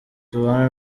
tubana